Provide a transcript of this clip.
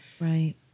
Right